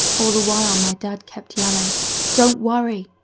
all the while, my dad kept yelling don't worry,